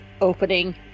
opening